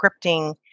scripting